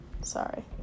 sorry